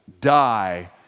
die